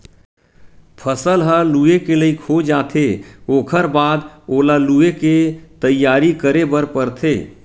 फसल ह लूए के लइक हो जाथे ओखर बाद ओला लुवे के तइयारी करे बर परथे